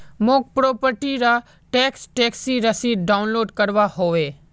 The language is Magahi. मौक प्रॉपर्टी र टैक्स टैक्सी रसीद डाउनलोड करवा होवे